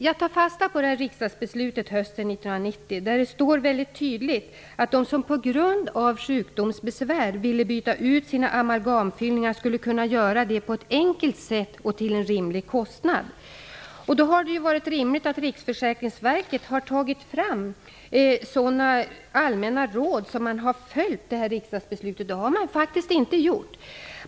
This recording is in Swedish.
Jag tar fasta på riksdagsbeslutet hösten 1990, där det väldigt tydligt står att de som på grund av sjukdomsbesvär vill byta ut sina amalgamfyllningar skall kunna göra det på ett enkelt sätt och till en rimlig kostnad. Det hade varit rimligt att Riksförsäkringsverket hade tagit fram sådana allmänna råd att man hade kunnat följa riksdagsbeslutet. Det har faktiskt inte gjorts.